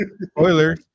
spoiler